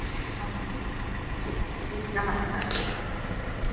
आं नमस्कारः